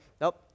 nope